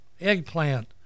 eggplant